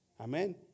Amen